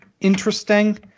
interesting